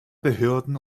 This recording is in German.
behörden